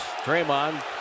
Draymond